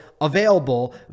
available